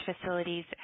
facilities